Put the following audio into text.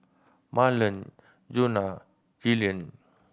Mahlon Djuna Jillian